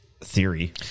theory